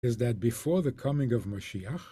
is that before the coming of Moshiach